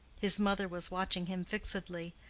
his mother was watching him fixedly,